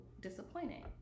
disappointing